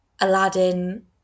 Aladdin